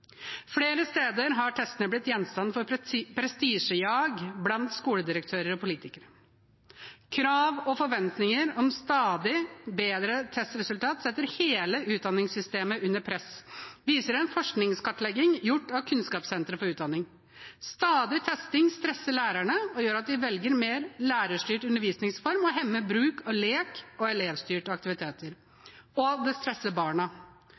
Flere steder har tester blitt gjenstand for prestisjejag blant skoledirektører og politikere. Krav og forventninger om stadig bedre testresultat setter hele utdanningssystemet under press, viser en forskningskartlegging gjort av Kunnskapssenteret for utdanning. Stadig testing stresser lærerne og gjør at de velger en mer lærerstyrt undervisningsform, det hemmer bruk av lek og elevstyrt aktivitet – og det stresser barna.